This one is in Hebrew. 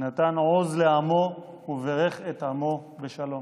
נתן עוז לעמו ובירך את עמו בשלום.